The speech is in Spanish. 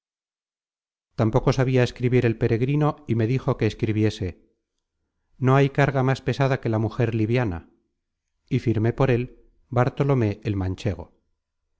tampoco sabia escribir el peregrino y me dijo que escribiese no hay carga más pesada que la mujer liviana y firmé por él bartolomé el manchego